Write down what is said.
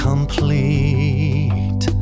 Complete